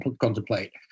contemplate